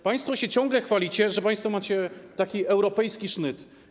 Państwo się ciągle chwalicie, że państwo macie taki europejski sznyt.